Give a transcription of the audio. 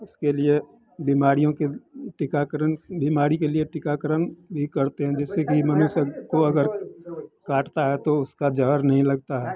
उसके लिए बीमारियों के टीकाकरण बीमारी के लिए टीकाकरण भी करते हैं जिससे कि मनुष्य को अगर काटता है तो उसका जहर नहीं लगता है